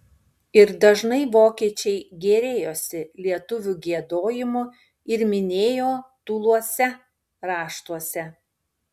ir dažnai vokiečiai gėrėjosi lietuvių giedojimu ir minėjo tūluose raštuose